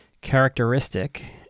Characteristic